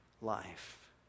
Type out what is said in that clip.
life